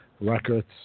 records